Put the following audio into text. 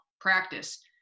practice